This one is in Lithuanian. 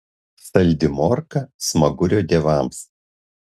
saldi morka smagurio dievams